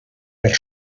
per